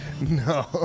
No